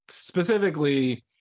specifically